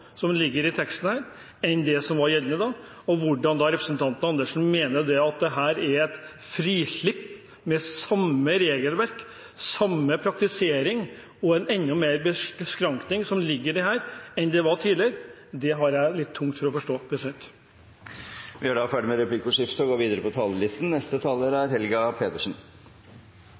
som ligger i teksten her, er på mange måter en enda tydeligere begrensning enn det som var gjeldende da. Hvordan representanten Karin Andersen da kan mene at det er et frislipp – med samme regelverk, samme praktisering og enda mer beskrankning i dette enn det var tidligere – har jeg litt tungt for å forstå. Replikkordskiftet er omme. Da